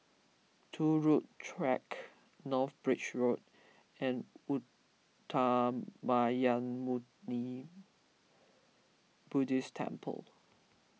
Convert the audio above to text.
Turut Track North Bridge Road and Uttamayanmuni Buddhist Temple